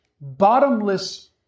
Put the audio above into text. bottomless